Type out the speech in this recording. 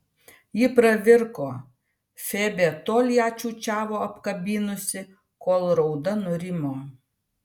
ji pravirko febė tol ją čiūčiavo apkabinusi kol rauda nurimo